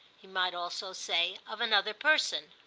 he might also say of another person.